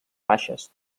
baixes